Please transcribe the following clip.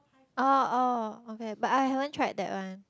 oh oh okay but I haven't tried that one